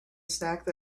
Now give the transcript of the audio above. snack